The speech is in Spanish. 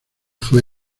fue